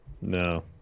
No